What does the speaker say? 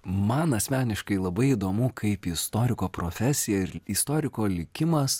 man asmeniškai labai įdomu kaip istoriko profesija istoriko likimas